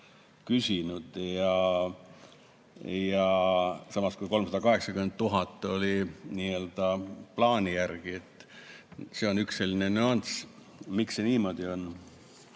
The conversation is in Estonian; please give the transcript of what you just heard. samas kui 380 000 oli n-ö plaani järgi. See on üks selline nüanss. Miks see niimoodi on?